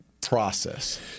process